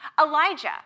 Elijah